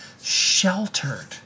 sheltered